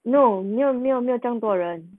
no 没有没有没有酱多人